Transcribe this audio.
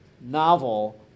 novel